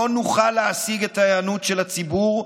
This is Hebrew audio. לא נוכל להשיג את היענות הציבור,